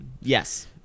Yes